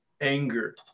anger